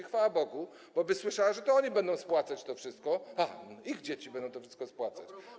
Chwała Bogu, bo usłyszeliby, że to oni będą spłacać to wszystko, że ich dzieci będą to wszystko spłacać.